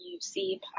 UC